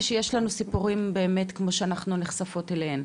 כשיש לנו סיפורים באמת כמו שאנחנו נחשפות אליהם,